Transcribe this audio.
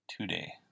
today